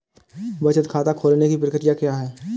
बचत खाता खोलने की प्रक्रिया क्या है?